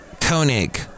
Koenig